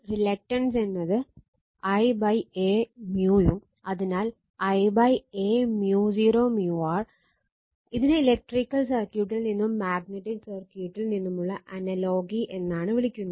reluctance എന്നത് l Aμ യും അതിനാൽ l A μ 0 μ r ഇതിനെ ഇലക്ട്രിക്കൽ സർക്യൂട്ടിൽ നിന്നും മാഗ്നറ്റിക് സർക്യൂട്ടിൽ നിന്നുമുള്ള അനലോഗി എന്നാണ് വിളിക്കുന്നത്